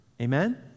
Amen